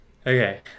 Okay